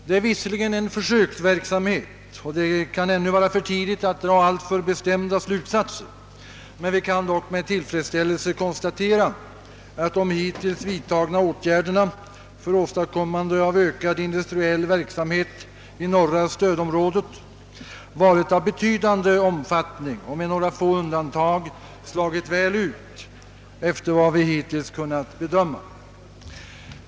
Det är visserligen en försöksverksamhet och det kan vara för tidigt att dra alltför bestämda slutsatser, men vi kan dock med tillfredsställelse konstatera, att de hittills vidtagna åtgärderna för åstadkommande av ökad industriell verksamhet i norra stödområdet varit av betydande omfattning och med några få undantag slagit väl ut efter vad vi hittills kunnat bedöma.